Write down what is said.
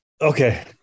okay